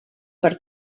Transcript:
per